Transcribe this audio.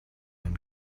and